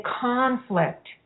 conflict